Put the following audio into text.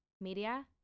media